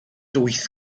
wyth